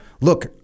look